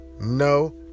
no